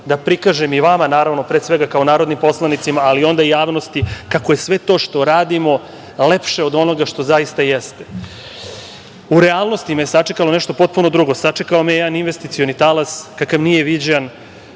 da prikažem i vama, naravno, pre svega kao narodnim poslanicima, a onda i javnosti, kako je sve to što radimo lepše od onoga što zaista jeste.U realnosti me je sačekalo nešto potpuno drugo. Sačekao me je jedan investicioni talas, kakav nije viđen,